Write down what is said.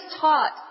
taught